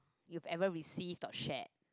you've ever received or shared